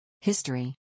History